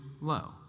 low